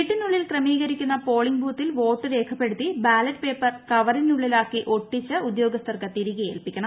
വീട്ടിനുള്ളിൽ ക്രമീകരിക്കുന്ന പോളിംഗ് ബൂത്തിൽ വോട്ട് രേഖപ്പെടുത്തി ബാലറ്റ് പേപ്പർ കവറിനുള്ളിലാക്കി ഒട്ടിച്ച് ഉദ്യോഗസ്ഥർക്ക് തിരികെ ഏൽപ്പിക്കണം